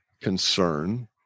concern